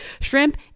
shrimp